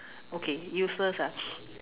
okay useless ah